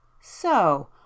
So